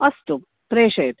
अस्तु प्रेषयतु